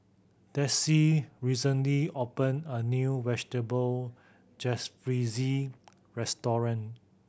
Dessie recently opened a new Vegetable Jalfrezi Restaurant